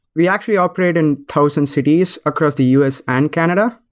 we actually operate in thousand cities across the u s. and canada.